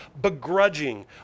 begrudging